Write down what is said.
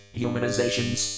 humanizations